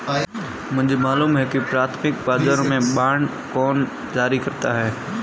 मुझे मालूम है कि प्राथमिक बाजारों में बांड कौन जारी करता है